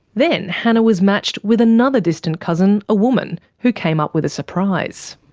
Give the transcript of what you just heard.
then hannah was matched with another distant cousin, a woman, who came up with a surprise.